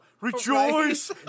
Rejoice